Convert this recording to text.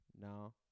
No